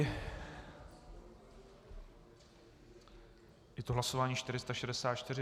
Je to hlasování 464.